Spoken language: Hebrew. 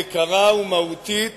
יקרה ומהותית